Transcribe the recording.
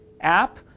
app